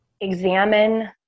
examine